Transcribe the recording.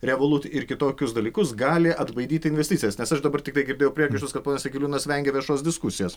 revolut ir kitokius dalykus gali atbaidyti investicijas nes aš dabar tiktai girdėjau priekaištus kad ponas jakeliūnas vengia viešos diskusijos